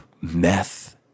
meth